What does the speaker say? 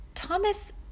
Thomas